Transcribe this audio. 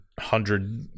hundred